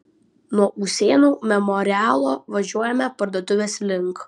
nuo usėnų memorialo važiuojame parduotuvės link